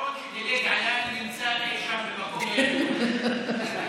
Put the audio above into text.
האחרון שדילג עליי נמצא אי שם במקום לא ידוע.